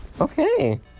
Okay